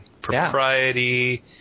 propriety